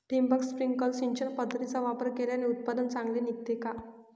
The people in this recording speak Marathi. ठिबक, स्प्रिंकल सिंचन पद्धतीचा वापर केल्याने उत्पादन चांगले निघते का?